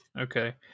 Okay